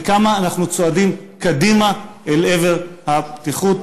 וכמה אנחנו צועדים קדימה אל עבר הפתיחות.